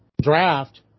draft